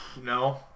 no